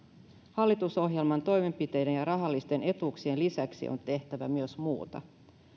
hallitusohjelman toimenpiteiden ja rahallisten etuuksien lisäksi on tehtävä myös muuta